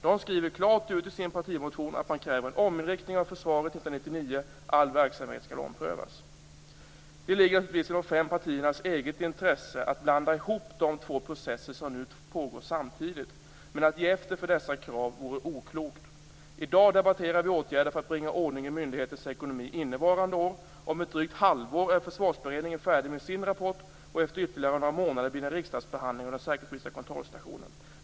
De skriver klart ut i sin partimotion att man kräver en ominriktning av försvaret redan år Det ligger naturligtvis i de fem partiernas egna intresse att blanda ihop de två processer som pågår samtidigt. Men att ge efter för dessa krav vore oklokt. I dag debatterar vi åtgärder för att bringa ordning i myndighetens ekonomi innevarande år. Om ett drygt halvår är försvarsberedningen färdig med sin rapport, och efter ytterligare några månader blir det en riksdagsbehandling av den säkerhetspolitiska kontrollstationen.